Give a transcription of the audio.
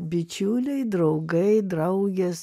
bičiuliai draugai draugės